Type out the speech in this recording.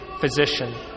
physician